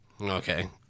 Okay